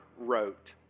wrote